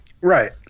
Right